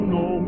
no